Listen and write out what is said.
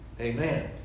Amen